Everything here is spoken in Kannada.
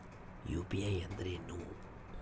ಯು.ಪಿ.ಐ ಅಂದ್ರೇನು?